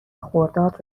خرداد